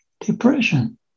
depression